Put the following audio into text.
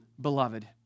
beloved